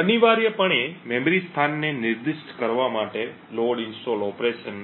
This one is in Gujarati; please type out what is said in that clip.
અનિવાર્યપણે મેમરી સ્થાનને નિર્દિષ્ટ કરવા માટે લોડ ઇન્સ્ટોલ ઓપરેશન